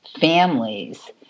families